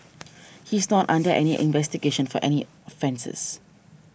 he is not under investigation for any offences